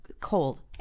cold